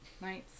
Nice